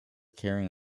carrying